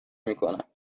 میکنم